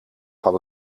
van